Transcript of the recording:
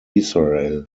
israel